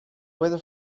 weather